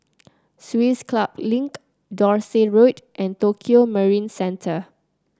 Swiss Club Link Dorset Road and Tokio Marine Center